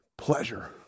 pleasure